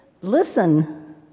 Listen